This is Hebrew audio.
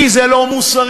כי זה לא מוסרי,